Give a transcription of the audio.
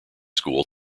school